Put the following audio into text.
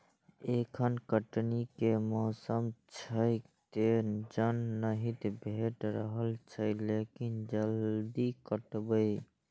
एखन कटनी के मौसम छैक, तें जन नहि भेटि रहल छैक, लेकिन जल्दिए करबै